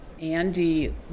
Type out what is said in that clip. Andy